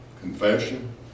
confession